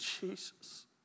Jesus